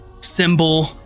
symbol